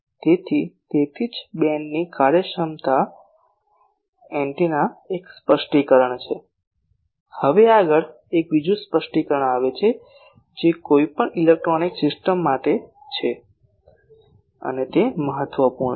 તેથી તેથી જ બીમની કાર્યક્ષમતા એન્ટેના એક સ્પષ્ટીકરણ છે હવે આગળ એક બીજું સ્પષ્ટીકરણ આવે છે જે કોઈપણ ઇલેક્ટ્રોનિક સિસ્ટમ માટે છે આ મહત્વપૂર્ણ છે